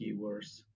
keywords